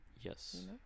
Yes